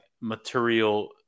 material